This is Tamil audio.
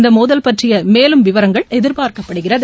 இந்த மோதல் பற்றிய மேலும் விவரங்கள் எதிர்பார்க்கப்படுகிறது